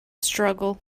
struggle